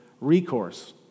recourse